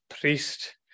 priest